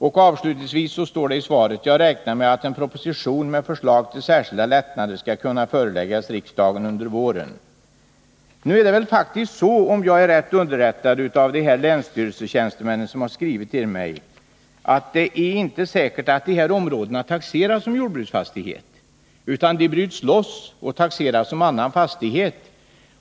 Vidare står det i slutet av svaret: ”Jag räknar med att en proposition med förslag till särskilda lättnader skall kunna föreläggas riksdagen under våren.” Det är faktiskt, om jag är riktigt underrättad av de länsstyrelsetjänstemän som skrivit till mig, inte säkert att de här områdena taxeras som jordbruksfastighet, utan de bryts loss och taxeras som annan fastighet.